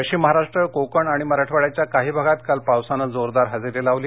पश्चिम महाराष्ट्र कोकण आणि मराठवाड्याच्या काही भागात काल पावसानं जोरदार हजेरी लावली